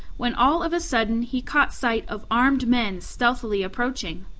when all of a sudden he caught sight of armed men stealthily approaching.